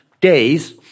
days